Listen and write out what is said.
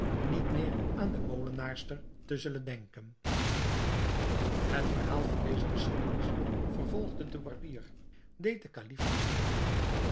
niet meer aan de molenaarster te zullen denken het verhaal van deze geschiedenis vervolgde de barbier deed den kalif lagchen